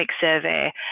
survey